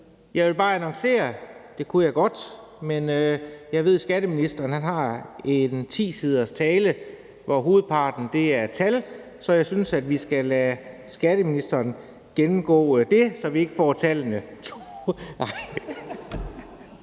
jeg vil bare annoncere, at det kunne jeg godt gøre, men jeg ved, at skatteministeren har en ti siders tale, hvoraf hovedparten er tal, så jeg synes, at vi skal lade skatteministeren gennemgå det, så vi ikke får tallene